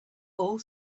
all